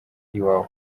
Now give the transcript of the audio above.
iwawa